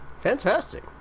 Fantastic